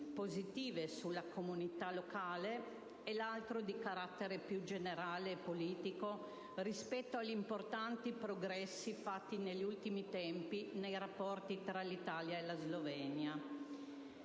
positive sulla comunità e l'altro di carattere più generale e politico rispetto agli importanti progressi fatti negli ultimi tempi nei rapporti tra l'Italia e la Slovenia.